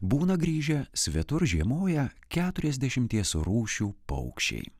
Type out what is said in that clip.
būna grįžę svetur žiemoję keturiasdešimties rūšių paukščiai